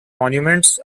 monuments